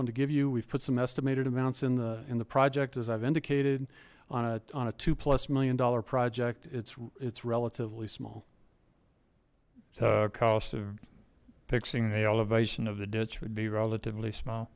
one to give you we've put some estimated amounts in the in the project as i've indicated on a on a two plus million dollar project it's it's relatively small cost of fixing the elevation of the ditch would be relatively small